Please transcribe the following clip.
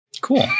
cool